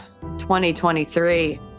2023